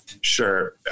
Sure